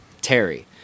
Terry